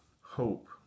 Hope